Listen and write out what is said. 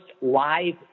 live